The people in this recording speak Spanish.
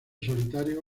solitario